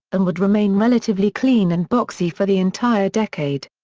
and would remain relatively clean and boxy for the entire decade.